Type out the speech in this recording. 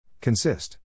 Consist